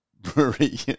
brewery